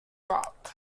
rock